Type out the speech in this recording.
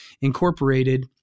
incorporated